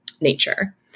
nature